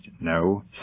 no